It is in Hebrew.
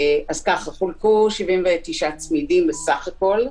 חולקו 79 צמידים בסך הכול.